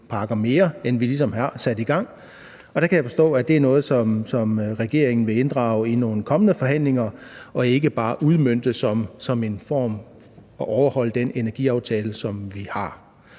mere, end vi har sat i gang. Der kan jeg forstå, at det er noget, som regeringen vil inddrage i nogle kommende forhandlinger og ikke bare udmønte det og overholde den energiaftale, som vi har.